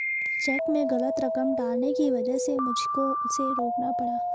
check में गलत रकम डालने की वजह से मुझको उसे रोकना पड़ा